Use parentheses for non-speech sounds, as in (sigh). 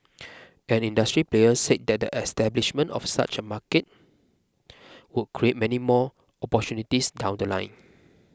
(noise) an industry player said that the establishment of such a market (noise) would create many more opportunities down The Line